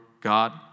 God